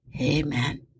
Amen